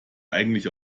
eigentlich